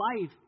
life